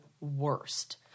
worst